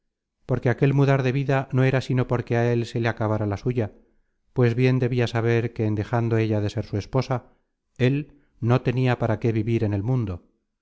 porque aquel mudar de vida no era sino porque á él se le acabara la suya pues bien debia saber que en dejando ella de ser su esposa él no tenia para qué vivir en el mundo